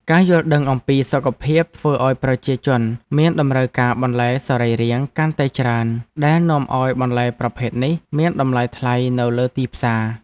ការយល់ដឹងអំពីសុខភាពធ្វើឱ្យប្រជាជនមានតម្រូវការបន្លែសរីរាង្គកាន់តែច្រើនដែលនាំឱ្យបន្លែប្រភេទនេះមានតម្លៃថ្លៃនៅលើទីផ្សារ។